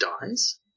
dies